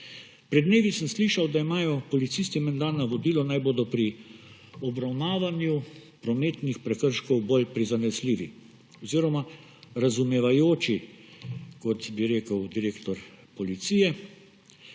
Pred dnevi sem slišal, da imajo policisti menda navodilo, naj bodo pri obravnavanju prometnih prekrškov bolj prizanesljivi oziroma razumevajoči, kot bi rekel direktor Policije.